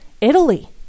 Italy